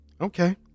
Okay